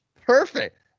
Perfect